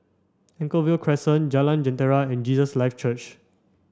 Anchorvale Crescent Jalan Jentera and Jesus Lives Church